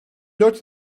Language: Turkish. dört